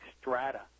strata